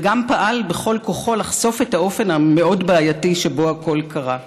וגם פעל בכל כוחו לחשוף את האופן המאוד-בעייתי שבו הכול קרה.